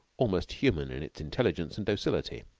almost human in its intelligence and docility.